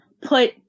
put